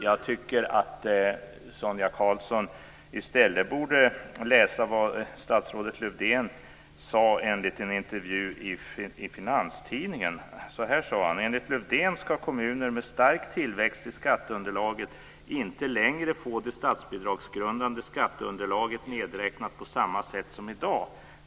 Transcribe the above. Jag tycker att Sonia Karlsson i stället borde läsa vad statsrådet Lövdén sade i en intervju i Finanstidningen, där det stod: "Enligt Lövdén ska kommuner med stark tillväxt i skatteunderlaget inte längre få det statsbidragsgrundande skatteunderlaget nedräknat på samma sätt som i dag.